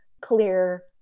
clear